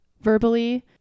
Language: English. verbally